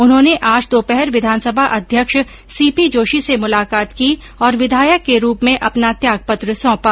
उन्होंने आज दोपहर विधानसभा अध्यक्ष सी पी जोशी से मुलाकात की और विधायक के रूप में अपना त्यागपत्र सौंपा